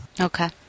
Okay